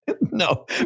No